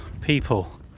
people